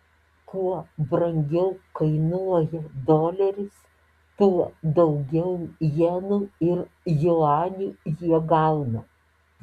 kuo brangiau kainuoja doleris tuo daugiau jenų ir juanių jie gauna